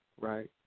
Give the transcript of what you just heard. right